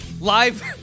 Live